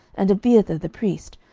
and abiathar the priest,